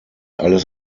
alles